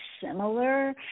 similar